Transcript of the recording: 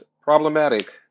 problematic